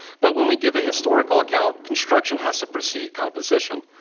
but when we give a historical account, construction has to precede composition.